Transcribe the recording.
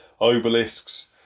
obelisks